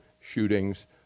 shootings